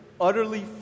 utterly